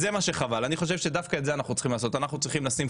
שאם הבאת אותו לכאן סימן שיש